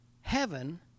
heaven